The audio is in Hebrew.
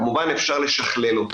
כמובן אפשר לשכלל אותו.